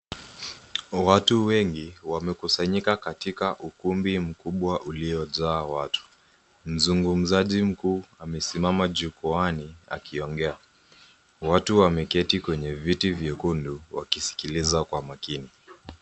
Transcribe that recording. Watu wengi wamekusanyika katika ukumbi mkubwa uliojaa watu. Mzungumzaji mkuu amesimama jukwani akiongea. Watu wameketi kwenye viti vyekundu wakisikiliza kwa makini.